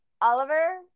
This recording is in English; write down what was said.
Oliver